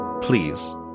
Please